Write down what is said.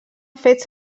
fets